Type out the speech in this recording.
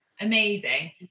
amazing